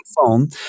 phone